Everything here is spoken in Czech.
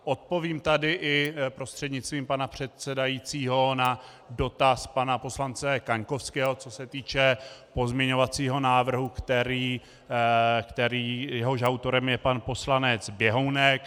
Odpovím tady i prostřednictvím pana předsedajícího na dotaz pana poslance Kaňkovského, co se týče pozměňovacího návrhu, jehož autorem je pan poslanec Běhounek.